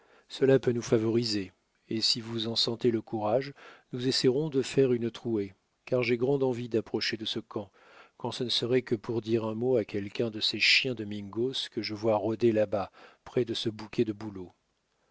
cela peut nous favoriser et si vous vous en sentez le courage nous essaierons de faire une trouée car j'ai grande envie d'approcher de ce camp quand ce ne serait que pour dire un mot à quelqu'un de ces chiens de mingos que je vois rôder là-bas près de ce bouquet de bouleaux